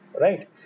Right